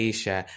Asia